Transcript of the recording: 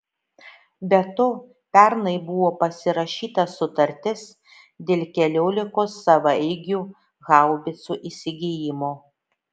be to pernai buvo pasirašyta sutartis dėl keliolikos savaeigių haubicų įsigijimo